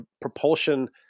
propulsion